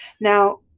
Now